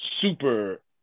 super